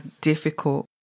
difficult